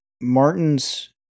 Martin's